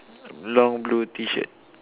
long blue T-shirt